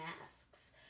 masks